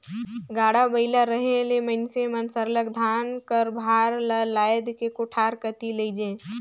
गाड़ा बइला रहें ले मइनसे मन सरलग धान कर भार ल लाएद के कोठार कती लेइजें